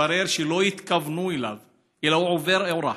מתברר שלא התכוונו אליו אלא הוא היה עובר אורח,